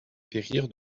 périr